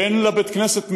ואין לבית-כנסת מניין,